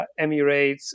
Emirates